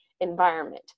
environment